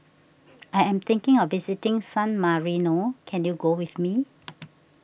I am thinking of visiting San Marino can you go with me